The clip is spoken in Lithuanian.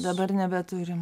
dabar nebeturim